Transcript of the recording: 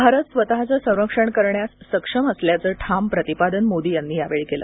भारत स्वतःच संरक्षण करण्यास सक्षम असल्याचं ठाम प्रतिपादन मोदी यांनी यावेळी केलं